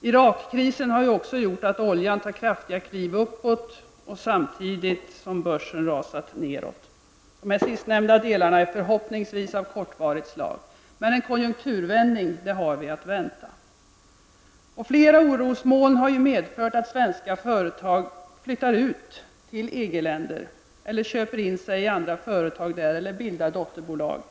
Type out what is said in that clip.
Vidare har Irakkrisen gjort att priset på oljan tar kraftiga kliv uppåt samtidigt som vi har ett ras på börsen. De sistnämnda effekterna blir förhoppningsvis kortvariga. En konjunkturvändning har vi i varje fall att vänta. Flera orosmoln har ju medfört att svenska företag flyttar sin verksamhet till EG-länder, köper in sig i andra företag där eller bildar dotterbolag